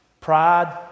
pride